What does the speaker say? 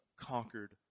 conquered